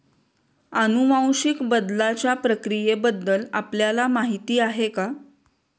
अनुवांशिक बदलाच्या प्रक्रियेबद्दल आपल्याला माहिती आहे का?